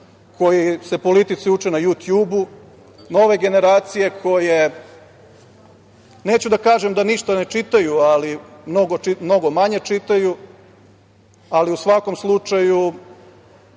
koji se politici uče na „Jutjubu“, nove generacije koje, neću da kažem da ništa ne čitaju, ali mnogo manje čitaju, ali u svakom slučaju,